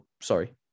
sorry